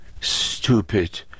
stupid